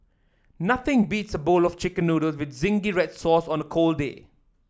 nothing beats a bowl of chicken noodles with zingy red sauce on a cold day